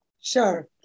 Sure